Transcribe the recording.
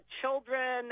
children